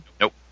Nope